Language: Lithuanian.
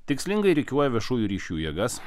tikslingai rikiuoja viešųjų ryšių jėgas